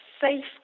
safe